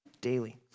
Daily